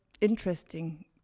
interesting